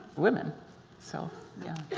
women so yeah.